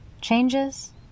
changes